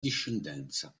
discendenza